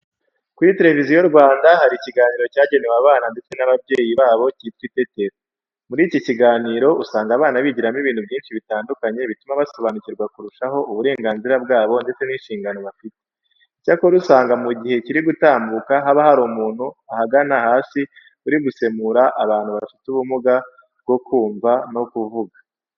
Kuri Televiziyo Rwanda hari ikiganiro cyagenewe abana ndetse n'ababyeyi babo cyitwa Itetero. Muri iki kiganiro usanga abana bigiramo ibintu byinshi bitandukanye bituma basobanukirwa kurushaho uburenganzira bwabo ndetse n'inshingano bafite. Icyakora usanga mu gihe kiri gutambuka haba hari umuntu ahagana hasi uri gusemurira abantu bafite ubumuga bwo kumva no kuvuga.